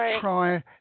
try